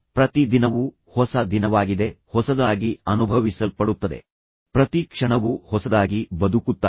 ಈಗ ತಂದೆ ತನ್ನ ಸ್ವಂತ ನಿರೀಕ್ಷಿತ ಇಚ್ಛೆಗಳಿಂದಾಗಿ ಮತ್ತು ಕೆಲವೊಮ್ಮೆ ಪರಿಸ್ಥಿತಿಯನ್ನು ಉಲ್ಬಣಗೊಳಿಸಿದ್ದಾರೆ